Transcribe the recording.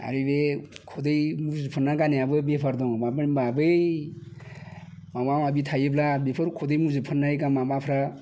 आरो बे खुदै मुजुफोरना गारनायाबो बेफार दङ मानो होनबा बै माबा माबि थायोब्ला बिफोर खुदै मुजुफरोनाय माबाफ्रा